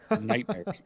nightmares